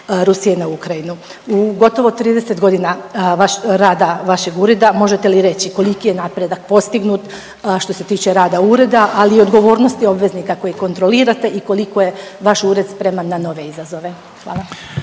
Rusije na Ukrajinu. U gotovo 30 godina rada vašeg ureda možete li reći koliki je napredak postignut što se tiče rada ureda, ali i odgovornosti obveznika koji kontrolirate i koliko je vaš ured spreman na nove izazove. Hvala.